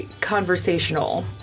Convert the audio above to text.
conversational